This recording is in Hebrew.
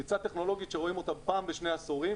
קפיצה טכנולוגית שרואים אותה פעם בשני עשורים.